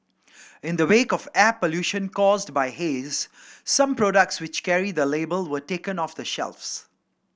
in the wake of air pollution caused by haze some products which carry the label were taken off the shelves